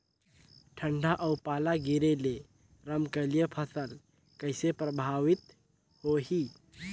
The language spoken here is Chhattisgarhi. ठंडा अउ पाला गिरे ले रमकलिया फसल कइसे प्रभावित होही?